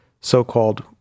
so-called